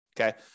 Okay